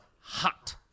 hot